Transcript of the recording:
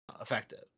effective